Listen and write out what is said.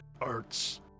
arts